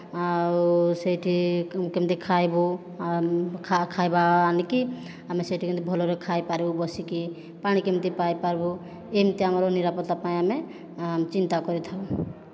ଆଉ ସେଠି କେମିତି ଖାଇବୁ ଖାଇବା ଆଣିକି ଆମେ ସେଠି କେମିତି ଭଲରେ ଖାଇପାରିବୁ ବସିକି ପାଣି କେମିତି ପାଇପାରିବୁ ଏମିତି ଆମର ନିରାପତ୍ତା ପାଇଁ ଆମେ ଚିନ୍ତା କରିଥାଉ